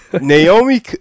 Naomi